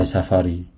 Safari